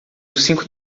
cinco